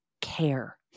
care